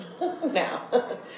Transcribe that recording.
now